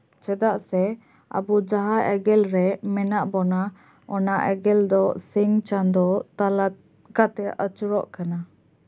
ᱪᱮᱫᱟᱜ ᱥᱮ ᱟᱵᱚ ᱡᱟᱦᱟᱸ ᱮᱸᱜᱮᱞ ᱨᱮ ᱢᱮᱱᱟᱜ ᱵᱚᱱᱟ ᱚᱱᱟ ᱮᱸᱜᱮᱞ ᱫᱚ ᱥᱤᱧ ᱪᱟᱸᱫᱳ ᱛᱟᱞᱟ ᱠᱟᱛᱮᱫ ᱟᱹᱪᱩᱨᱚᱜ ᱠᱟᱱᱟ